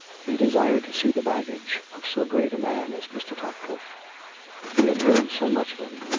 he desired to see the baggage of so great a man as mr. top cliffe he had heard so much of him.